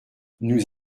nous